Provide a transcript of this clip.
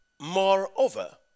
Moreover